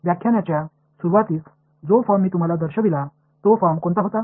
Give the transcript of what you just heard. व्याख्यानाच्या सुरूवातीस जो फॉर्म मी तुम्हाला दर्शविला तो फॉर्म कोणता होता